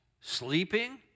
sleeping